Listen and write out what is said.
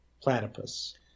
platypus